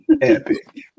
Epic